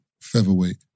featherweight